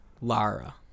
Lara